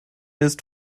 ist